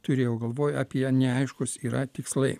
turėjau galvoj apie neaiškūs yra tikslai